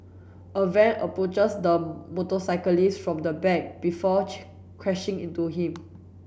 a van approaches the motorcyclist from the back before crashing into him